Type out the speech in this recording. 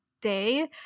day